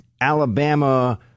Alabama